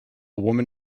woman